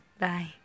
Bye